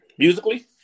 Musically